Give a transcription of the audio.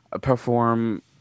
perform